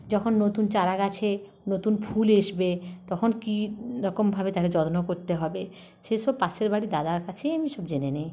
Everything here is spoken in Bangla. যখন নতুন চারাগাছে নতুন ফুল এসবে তখন কিরকমভাবে তাকে যত্ন করতে হবে সেসব পাশের বাড়ির দাদার কাছেই আমি সব জেনে নিই